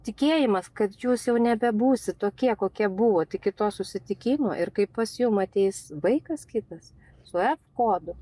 tikėjimas kad jūs jau nebebūsit tokie kokie buvot iki to susitikimo ir kai pas jum ateis vaikas kitas su f kodu